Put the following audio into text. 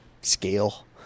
scale